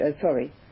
sorry